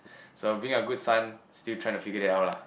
so being a good son still trying to figure it out lah